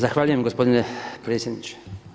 Zahvaljujem gospodine predsjedniče.